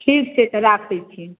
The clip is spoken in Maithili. ठीक छै तऽ राखै छी